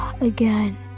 again